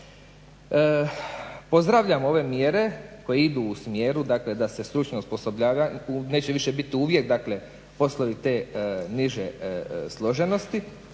Pozdravljam ove mjere koje idu u smjeru, dakle da se stručno osposobljavaju, neće više biti uvjet dakle, poslovi te niže složenosti.